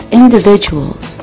individuals